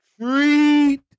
Treat